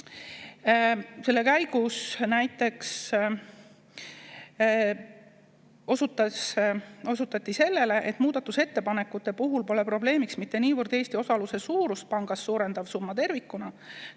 Selle käigus osutati näiteks sellele, et muudatusettepanekute puhul pole probleemiks mitte niivõrd Eesti osaluse suurust pangas suurendav summa tervikuna,